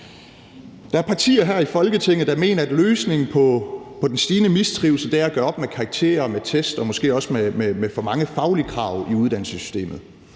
Der er partier her i Folketinget, der mener, at løsningen på den stigende mistrivsel er at gøre op med karakterer, med test og måske også med for mange faglige krav i uddannelsessystemet.